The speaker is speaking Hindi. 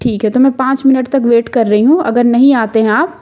ठीक है तो मैं पाँच मिनट तक वेट कर रही हूँ अगर नहीं आते हैं आप